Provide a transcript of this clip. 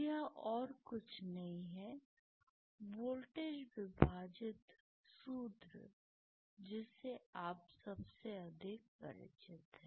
यह और कुछ नहीं है वोल्टेज विभाजित सूत्र जिससे आप सबसे अधिक परिचित हैं